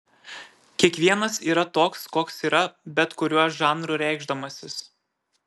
kiekvienas yra toks koks yra bet kuriuo žanru reikšdamasis